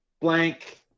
Blank